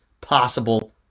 possible